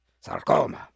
sarcoma